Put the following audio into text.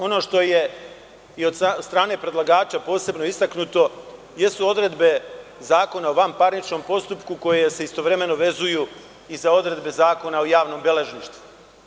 Ono što je i od strane predlagača posebno istaknuto jesu odredbe Zakona o vanparničnom postupku koje se istovremeno vezuju i za odredbe Zakona o javnom beležništvu.